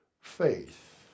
faith